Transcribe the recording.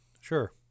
sure